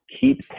keep